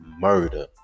murder